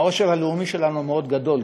העושר הלאומי שלנו מאוד גדול.